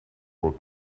were